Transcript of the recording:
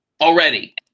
already